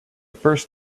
first